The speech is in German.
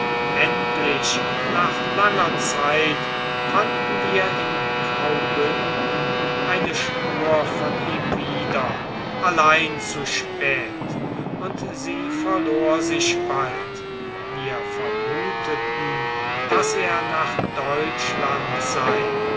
endlich nach langer zeit fanden wir in graubünden eine spur von ihm wieder allein zu spät und sie verlor sich bald wir vermuteten daß er nach deutschland sei